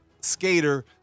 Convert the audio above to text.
skater